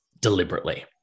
deliberately